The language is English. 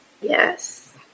Yes